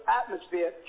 atmosphere